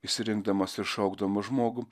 išsirinkdamas ir šaukdamas žmogų